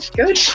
good